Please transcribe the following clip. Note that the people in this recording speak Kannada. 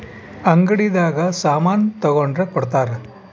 ಅಂಗಡಿ ದಾಗ ಸಾಮನ್ ತಗೊಂಡ್ರ ಕೊಡ್ತಾರ